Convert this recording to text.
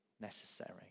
necessary